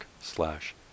slash